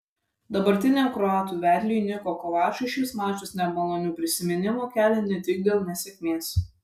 dabartiniam kroatų vedliui niko kovačui šis mačas nemalonių prisiminimų kelia ne tik dėl nesėkmės